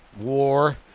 war